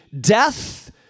death